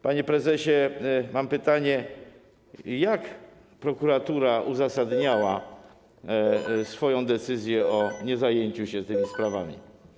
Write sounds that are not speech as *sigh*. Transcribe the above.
Panie prezesie, mam pytanie: Jak prokuratura uzasadniała *noise* swoją decyzję o niezajęciu się tymi sprawami?